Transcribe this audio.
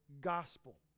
gospel